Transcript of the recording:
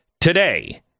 Today